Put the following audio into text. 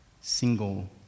single